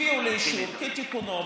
הביאו לאישור כתיקונו,